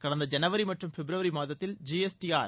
கடந்த ஜனவரி மற்றும் பிப்ரவரி மாதத்தில் ஜிஎஸ்டிஆர்